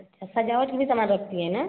अच्छा सजावट भी सामान रखती है ना